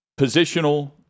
positional